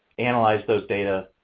analyzed those data.